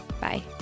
Bye